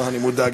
אני מודאג.